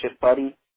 buddy